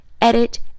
edit